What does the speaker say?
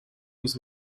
was